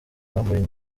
bambaye